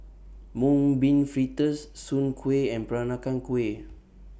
Mung Bean Fritters Soon Kuih and Peranakan Kueh